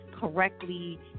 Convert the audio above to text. correctly